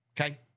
Okay